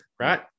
right